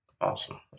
Awesome